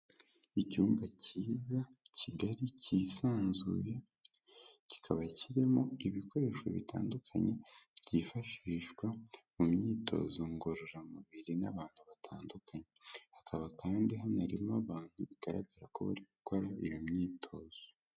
Icyumba cyiza kigari cyisanzuye kikaba kirimo ibikoresho bitandukanye byifashishwa mu myitozo ngororamubiri n'abantu batandukanye. Hakaba kandi hanarimo abantu bigaragara ko bari gukora iyo myitozo.